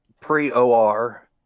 pre-OR